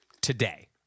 today